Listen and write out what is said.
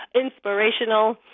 inspirational